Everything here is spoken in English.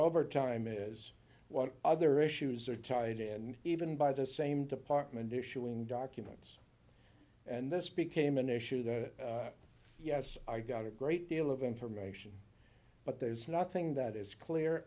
overtime is what other issues are tied in and even by the same department issuing documents and this became an issue that yes i got a great deal of information but there's nothing that is clear